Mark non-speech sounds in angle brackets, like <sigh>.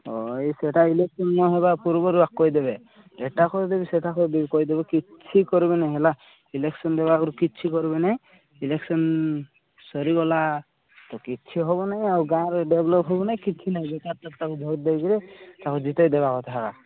ହଁ ସେଇଟା ଇଲେକ୍ସନ୍ ନହେବା ପୂର୍ବରୁ କହିଦେବେ ଏଇଟା କରି ଦେବି ସେଇଟା କରିଦେବି କହିଦେବେ କିଛି କରିବେ ନାହିଁ ହେଲା ଇଲେକ୍ସନ୍ ହେବା ଆଗରୁ କିଛି କରିବେ ନାହିଁ ଇଲେକ୍ସନ୍ ସରିଗଲା ତ କିଛି ହେବ ନାଇଁ ଆଉ ଗାଁର ଡେବଲପ୍ ହେବ ନାଇଁ କିଛି ନାଇଁ <unintelligible> ଭୋଟ୍ ଦେଇକିରି ତା'କୁ ଜିତେଇ ଦେବା କଥା